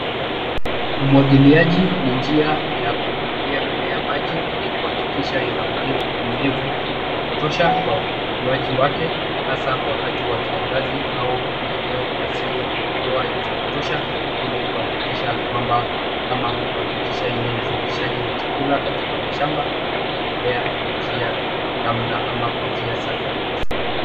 Umwagiliaji ni njia ya kumwagilia mimea maji ili kuhakikisha ina unyevunyevu wa kutosha kwa ukuaji wake, hasa wakati wa kiangazi au maeneo yasiyo na mvua za kutosha ili kuhakikisha kwamba ama kuhakikisha ile uzalishaji wa chakula katika mashamba unaendelea kwa njia namna ama kwa njia safi kabisa.